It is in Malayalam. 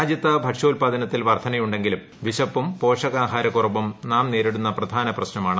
രാജ്യത്ത് ഭക്ഷ്യോൽപാദത്തിൽ വർധനയുണ്ടെങ്കിലും വിശപ്പും പോഷകാഹാര കുറവും നാം നേരിടുന്ന പ്രധാന പ്രശ്നമാണ്